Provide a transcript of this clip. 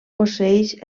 posseeix